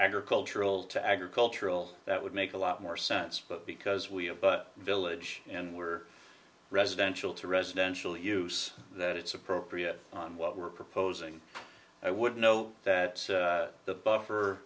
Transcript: agricultural to agricultural that would make a lot more sense but because we have but village and we're residential to residential use that it's appropriate on what we're proposing i would know that the buffer